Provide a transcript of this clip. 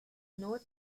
nur